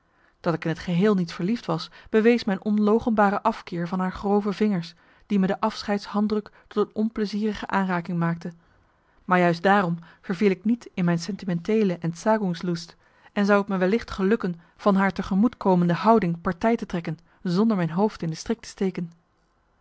dat ik in t geheel niet verliefd was bewees mijn onloochenbare afkeer van haar grove vingers die me de afscheidshanddruk tot een onplezierige aanraking maakte maar juist daarom verviel ik niet in mijn sentimenteele entsagungs lust en zou het me wellicht gelukken van marcellus emants een nagelaten bekentenis haar tegemoetkomende houding partij te trekken zonder mijn hoofd in de strik te steken